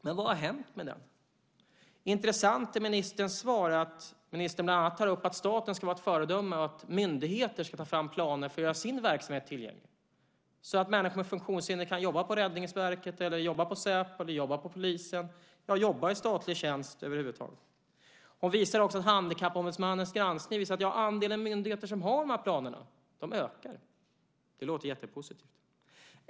Men vad har hänt med den? Det är intressant att ministern i sitt svar tog upp att staten ska vara ett föredöme och att myndigheter ska ta fram planer för att göra sina verksamheter tillgängliga. Människor med funktionshinder ska kunna jobba på Räddningsverket, Säpo eller polisen - över huvud taget i statlig tjänst. Hon visar också att Handikappombudsmannens granskning har visat att andelen myndigheter som har dessa planer ökar. Det låter jättepositivt.